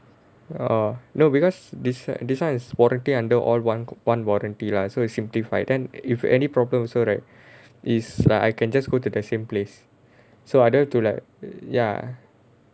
orh no because this this [one] is warranty under all one co~ one warranty lah so is simplified then if any problem also right is like I can just go to the same place so I don't need to like ya